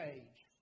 age